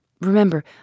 Remember